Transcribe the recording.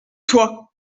toi